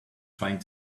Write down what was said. trying